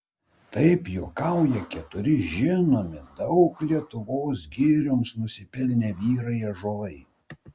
taip juokauja keturi žinomi daug lietuvos girioms nusipelnę vyrai ąžuolai